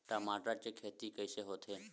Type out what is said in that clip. टमाटर के खेती कइसे होथे?